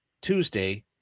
Tuesday